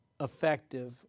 effective